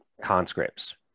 conscripts